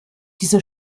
diese